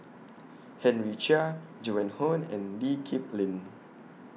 Henry Chia Joan Hon and Lee Kip Lin